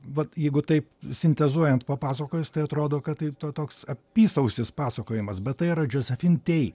vat jeigu taip sintezuojant papasakojus tai atrodo kad tai ta toks apysausis pasakojimas bet tai yra josephine tey